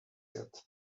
yet